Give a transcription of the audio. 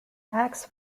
acts